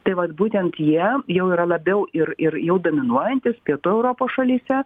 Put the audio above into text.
tai vat būtent jie jau yra labiau ir ir jau dominuojantys pietų europos šalyse